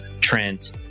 Trent